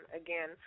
again